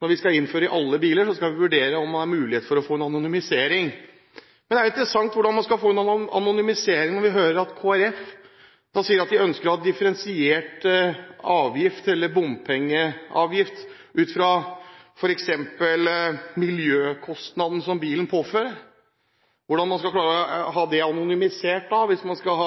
når det skal innføres brikke i alle biler, skal vurdere muligheten for å få en anonymisering. Men det er interessant hvordan man skal få til en anonymisering, når vi hører at Kristelig Folkeparti sier at de ønsker å ha differensiert bompengeavgift ut fra f.eks. miljøkostnaden som bilen forårsaker. Hvordan skal man klare å ha det anonymisert, hvis man skal